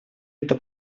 это